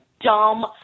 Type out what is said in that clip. dumb